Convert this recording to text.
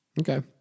Okay